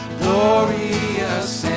glorious